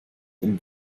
dem